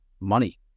money